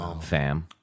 Fam